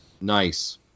Nice